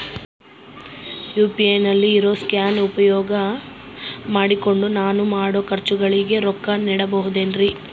UPI ನಲ್ಲಿ ಇರೋ scan ಉಪಯೋಗ ಮಾಡಿಕೊಂಡು ನಾನು ಮಾಡೋ ಖರ್ಚುಗಳಿಗೆ ರೊಕ್ಕ ನೇಡಬಹುದೇನ್ರಿ?